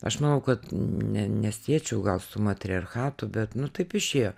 aš manau kad ne nesiečiau gal su matriarchatu bet nu taip išėjo